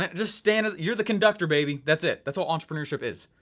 and just stand, you're the conductor, baby, that's it. that's all entrepreneurship is,